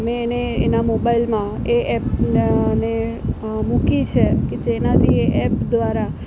મેં એને એના મોબાઈલમાં એ એપના ને મૂકી છે જેનાથી એ એપ દ્વારા